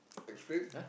explain